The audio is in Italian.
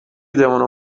devono